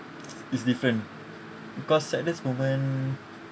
is different because saddest moment